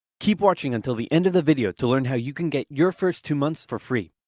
keep watching until the end of the video to learn how you can get your first two months for free.